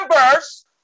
members